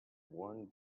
warned